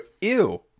ew